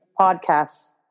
podcasts